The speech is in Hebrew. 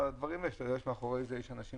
לחשוב שמאחורי זה יש אנשים